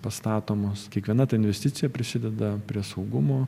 pastatomos kiekviena ta investicija prisideda prie saugumo